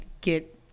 get